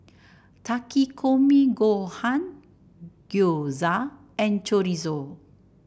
Takikomi Gohan Gyoza and Chorizo